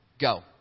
go